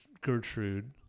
Gertrude